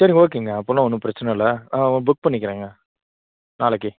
சரிங்க ஓகேங்க அப்படின்னா ஒன்றும் பிரச்சின இல்லை ஆ புக் பண்ணிக்கிறேங்க நாளைக்கு